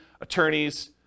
attorneys